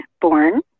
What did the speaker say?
born